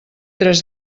tres